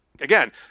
Again